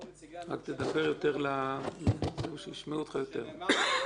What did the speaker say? שנאמרו פה בדיון.